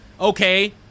okay